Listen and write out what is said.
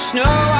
Snow